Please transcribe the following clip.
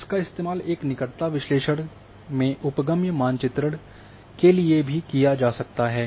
इसका इस्तेमाल एक निकट विश्लेषण में उपगम्य मानचित्रण के लिए भी किया जा सकता है